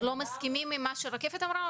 לא מסכימים עם מה שרקפת אמרה?